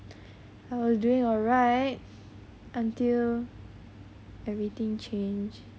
I was doing a ride until everything change